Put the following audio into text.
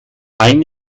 ein